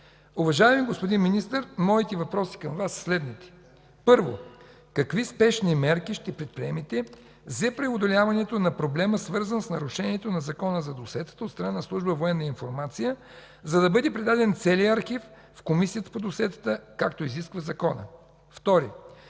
Уважаеми господин Министър, моите въпроси към Вас са следните: първо, какви спешни мерки ще предприемете за преодоляването на проблема, свързан с нарушението на Закона за досиетата от страна на Служба „Военна информация“, за да бъде предаден целият архив в Комисията по досиетата, както изисква Законът?